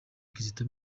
kizito